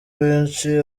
benshi